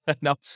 No